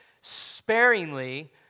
sparingly